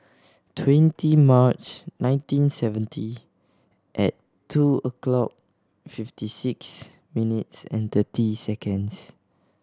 twenty March nineteen seventy at two o'clock fifty six minutes and thirty seconds